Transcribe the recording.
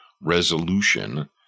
resolution